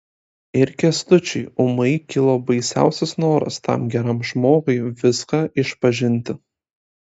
ir kęstučiui ūmai kilo baisiausias noras tam geram žmogui viską išpažinti